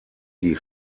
die